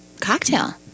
cocktail